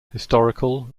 historical